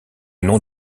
nom